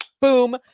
boom